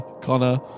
Connor